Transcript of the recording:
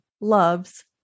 loves